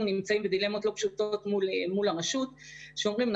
נמצאים בדילמות לא פשוטות מול הרשות כשאומרים,